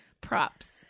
props